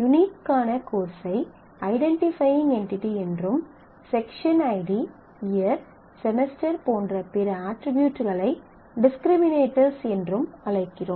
யூனிஃக்கான course ஐ identifying entity என்றும் section ID year semester போன்ற பிற அட்ரிபியூட்களை டிஸ்கிரிமீனேடர்ஸ் என்றும் அழைக்கிறோம்